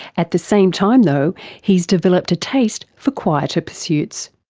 at the same time though he's developed a taste for quieter pursuits.